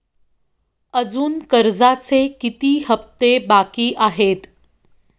अजुन कर्जाचे किती हप्ते बाकी आहेत?